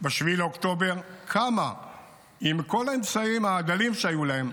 ב-7 באוקטובר, עם כל האמצעים הדלים שהיו להם,